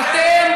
אדוני היושב-ראש,